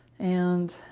and